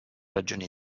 ragioni